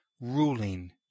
ruling